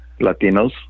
Latinos